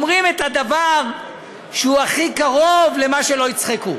אומרים את הדבר שהוא הכי קרוב למה שלא יצחקו.